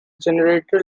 generator